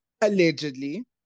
Allegedly